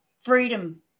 freedom